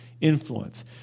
influence